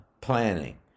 planning